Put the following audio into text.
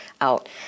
out